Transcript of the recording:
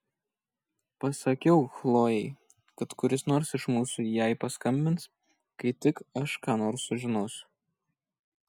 pasakiau chlojei kad kuris nors iš mūsų jai paskambins kai tik aš ką nors sužinosiu